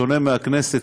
בשונה מהכנסת,